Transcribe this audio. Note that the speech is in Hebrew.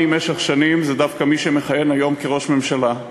במשך שנים זה דווקא מי שמכהן היום כראש הממשלה.